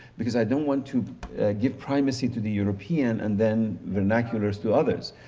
because i don't want to give primacy to the european and then vernaculars to others.